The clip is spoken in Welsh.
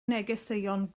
negeseuon